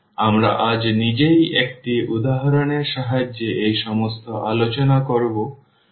আমরা আজ নিজেই একটি উদাহরণের সাহায্যে এই সমস্ত আলোচনা করব